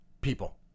people